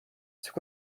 c’est